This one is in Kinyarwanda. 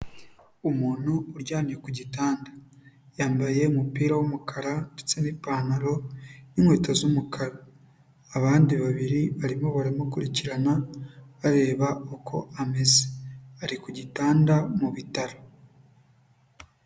Umuntu uryamye ku gitanda. Yambaye umupira w'umukara ndetse n'ipantaro, n'inkweto z'umukara. Abandi babiri barimo baramukurikirana, bareba uko ameze. Ari ku gitanda mu bitaro.